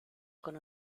con